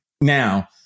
Now